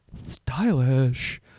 Stylish